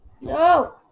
No